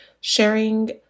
sharing